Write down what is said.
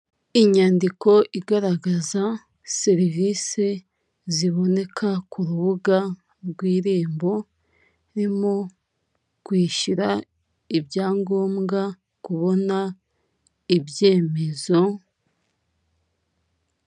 Inyandiko igaragaza serivisi ziboneka ku rubuga rw'irembo urimo kwishyura ibyangombwa kubona ibyemezo.